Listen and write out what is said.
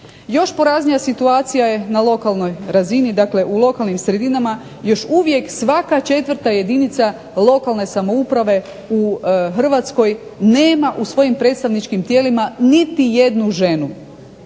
Još poraznija situacija je na lokalnoj razini, dakle u lokalnim sredinama još uvijek svaka četvrta jedinica lokalne samouprave u Hrvatskoj nema u svojim predstavničkim tijelima niti jednu ženu.